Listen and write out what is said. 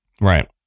right